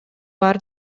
бар